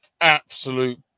absolute